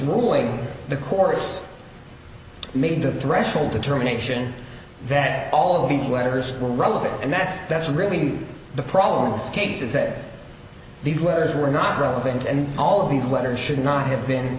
ruling the course made the threshold determination that all of these letters were relevant and that's that's really the problem with cases said these letters were not relevant and all of these letters should not have been